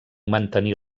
mantenir